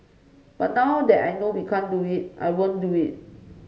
but now that I know we can't do it I won't do it